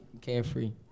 carefree